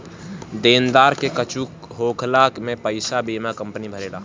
देनदार के कुछु होखला पे पईसा बीमा कंपनी भरेला